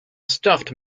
stuffed